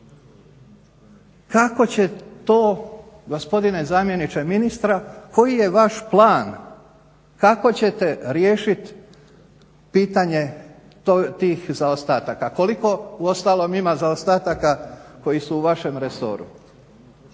Kako će to gospodine zamjeniče ministra, koji je vaš plan kako ćete riješit pitanje tih zaostataka. Koliko uostalom ima zaostataka koji su u vašem resoru,